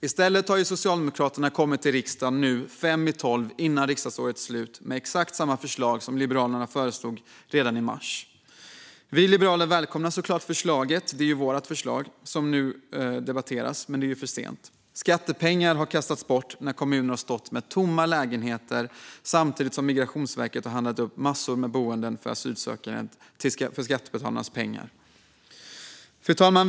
I stället kommer Socialdemokraterna till riksdagen nu, fem i tolv innan riksdagsåret är slut, med exakt samma förslag som Liberalerna lade fram redan i mars. Vi liberaler välkomnar såklart förslaget - det är ju vårt förslag som nu debatteras - men det är för sent. Skattepengar har kastats bort när kommuner har stått med tomma lägenheter samtidigt som Migrationsverket har handlat upp massor med boenden för asylsökande för skattebetalarnas pengar. Fru talman!